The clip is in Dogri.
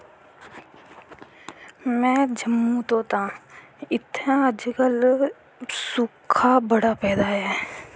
में जम्मू तो आं इत्थें अज्ज कल सोका बड़ा पेदा ऐ